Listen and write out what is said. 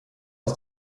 aus